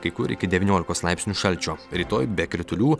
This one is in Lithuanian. kai kur iki devyniolikos laipsnių šalčio rytoj be kritulių